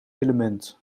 element